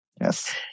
yes